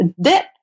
dip